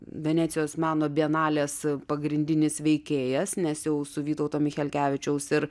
venecijos meno bienalės pagrindinis veikėjas nes jau su vytauto michelkevičiaus ir